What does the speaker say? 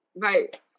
right